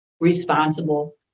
responsible